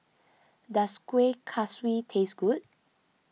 does Kueh Kaswi taste good